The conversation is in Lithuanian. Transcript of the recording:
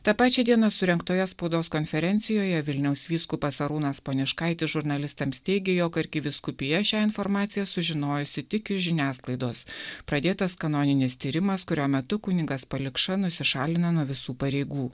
tą pačią dieną surengtoje spaudos konferencijoje vilniaus vyskupas arūnas poniškaitis žurnalistams teigė jog arkivyskupija šią informaciją sužinojusi tik iš žiniasklaidos pradėtas kanoninis tyrimas kurio metu kunigas palikša nusišalina nuo visų pareigų